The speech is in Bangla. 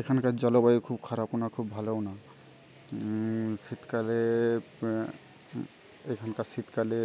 এখানকার জলবায়ু খুব খারাপও না খুব ভালোও না শীতকালে এখানকার শীতকালে